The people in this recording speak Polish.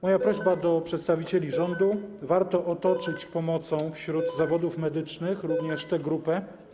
Moja prośba do przedstawicieli rządu: warto otoczyć pomocą wśród zawodów medycznych również tę grupę.